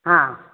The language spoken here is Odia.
ହଁ